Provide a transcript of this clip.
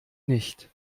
nicht